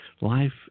Life